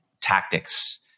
tactics